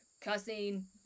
cussing